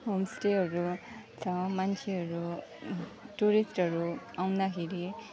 होमस्टेहरू छ मान्छेहरू टुरिस्टहरू आउँदाखेरि